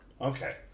okay